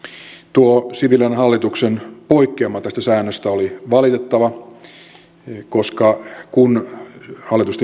tuo sipilän hallituksen poikkeama tästä säännöstä oli valitettava koska kun hallitus